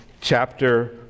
chapter